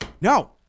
no